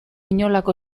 inolako